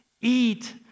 eat